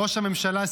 ראש הממשלה,